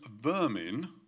vermin